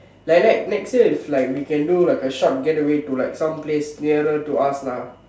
like like next year is like we can do like a short getaway to like some place nearer to us lah